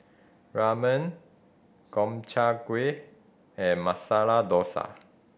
Ramen Gobchang Gui and Masala Dosa